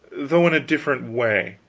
though in a different way,